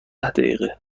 دقیقه